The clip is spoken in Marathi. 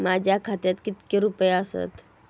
माझ्या खात्यात कितके रुपये आसत?